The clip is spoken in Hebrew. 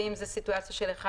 ואם זו סיטואציה של (1),